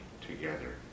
together